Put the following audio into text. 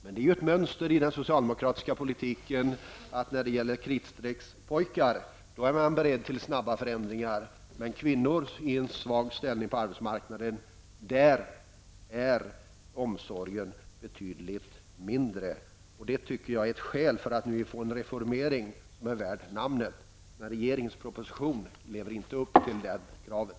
Men det är ju ett mönster i den socialdemokratiska politiken. När det gäller ''kritstreckspojkar'' är man beredd till snabba förändringar, men omsorgen om kvinnor i en svag ställning på arbetsmarknaden är betydligt mindre. Det tycker jag är ett skäl till att vi får en reformering som är värd namnet. Men regeringens proposition lever inte upp till det kravet.